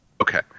Okay